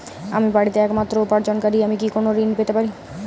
আমি বাড়িতে একমাত্র উপার্জনকারী আমি কি কোনো ঋণ পেতে পারি?